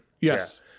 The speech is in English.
Yes